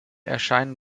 erscheinen